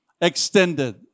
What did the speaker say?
extended